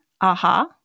AHA